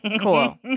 Cool